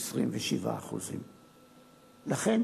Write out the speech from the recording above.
27%. לכן,